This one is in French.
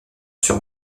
sur